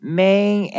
main